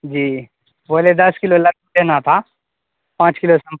جی بولیے دس کلو لڈو لینا تھا پانچ کلو